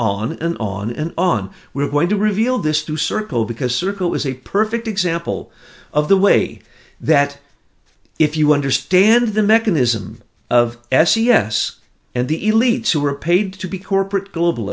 on and on and on we're going to reveal this to circle because circle is a perfect example of the way that if you understand the mechanism of s e s and the elites who are paid to be corporate global